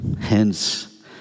Hence